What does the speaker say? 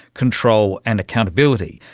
control and accountability.